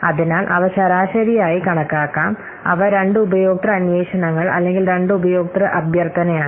അതിനാൽ അവ ശരാശരിയായി കണക്കാക്കാം അവ 2 ഉപയോക്തൃ അന്വേഷണങ്ങൾ അല്ലെങ്കിൽ 2 ഉപയോക്തൃ അഭ്യർത്ഥനയാണ്